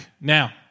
Now